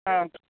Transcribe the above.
ആ